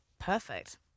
perfect